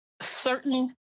certain